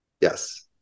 Yes